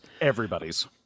everybody's